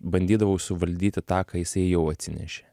bandydavau suvaldyti tą ką jisai jau atsinešė